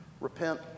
repent